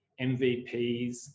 MVPs